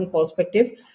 perspective